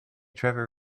trevor